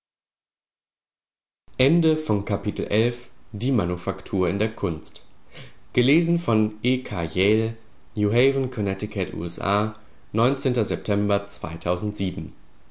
die manufaktur in der kunst